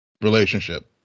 Relationship